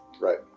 right